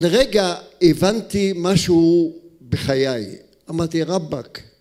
‫לרגע הבנתי משהו בחיי. ‫אמרתי, ראבק.